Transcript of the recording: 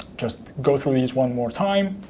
just go through these one more time.